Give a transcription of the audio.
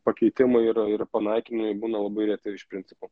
pakeitimai ir ir panaikinimai būna labai reti iš principo